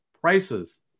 prices